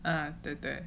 哦对对